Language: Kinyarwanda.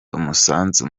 umusanzu